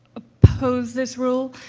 oppose this rule.